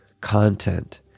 content